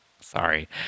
Sorry